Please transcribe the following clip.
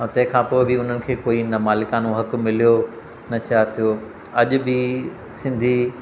ऐं तंहिंखां पोइ बि उन्हनि खे न मालिकानो हक मिलियो न छा थियो अॼु बि सिंधी